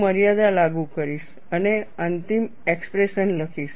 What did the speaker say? હું મર્યાદા લાગુ કરીશ અને અંતિમ એક્સપ્રેશન લખીશ